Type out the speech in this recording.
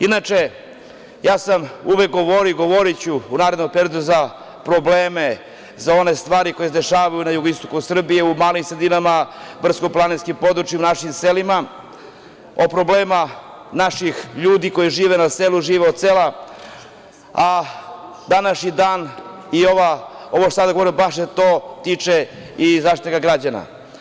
Inače, ja sam uvek govorio i govoriću u narednom periodu za probleme, za one stvari koje se dešavaju na jugoistoku Srbije, u malim sredinama, u brdsko-planinskim područjima , u našim selima, o problemima naših ljudi koji žive na selu, a današnji dan, ovo što sam sada govorio, baš se to tiče Zaštitnika građana.